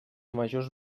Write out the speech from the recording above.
majors